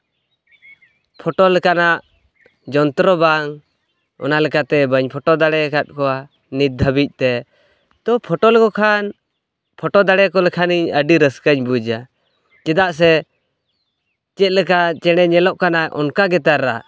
photo ᱞᱮᱠᱟᱱᱟᱜ ᱡᱚᱱᱛᱨᱚ ᱵᱟᱝ ᱚᱱᱟᱞᱮᱠᱟᱛᱮ ᱵᱟᱹᱧ ᱯᱷᱳᱴᱳ ᱫᱟᱲᱭᱟᱠᱟᱫ ᱠᱚᱣᱟ ᱱᱤᱛ ᱫᱷᱟᱹᱵᱤᱡ ᱛᱮ ᱛᱚ ᱯᱷᱳᱴᱳ ᱞᱮᱠᱚ ᱠᱷᱟᱱ ᱯᱷᱳᱴᱳ ᱫᱟᱲᱮᱭᱟ ᱞᱮᱠᱚ ᱠᱷᱟᱱᱤᱧ ᱟᱹᱰᱤ ᱨᱟᱹᱥᱠᱟᱹᱧ ᱵᱩᱡᱷᱟ ᱪᱮᱫᱟᱜ ᱥᱮ ᱪᱮᱫᱞᱮᱠᱟ ᱪᱮᱬᱮᱭ ᱧᱮᱞᱚᱜ ᱠᱟᱱᱟ ᱚᱱᱠᱟ ᱜᱮᱛᱟᱭ ᱨᱟᱜ